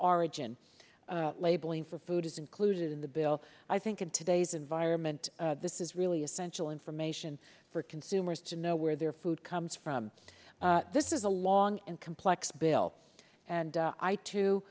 origin labeling for food is included in the bill i think in today's environment this is really essential information for consumers to know where their food comes from this is a long and complex bill and